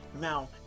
Now